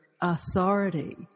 authority